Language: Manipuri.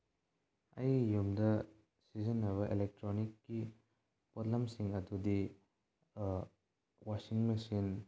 ꯑꯩꯒꯤ ꯌꯨꯝꯗ ꯁꯤꯖꯤꯟꯅꯕ ꯑꯦꯂꯦꯛꯇ꯭ꯔꯣꯅꯤꯛꯀꯤ ꯄꯣꯠꯂꯝꯁꯤꯡ ꯑꯗꯨꯗꯤ ꯋꯥꯁꯤꯡ ꯃꯦꯆꯤꯟ